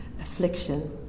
affliction